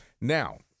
Now